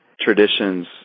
traditions